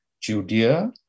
Judea